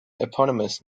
eponymous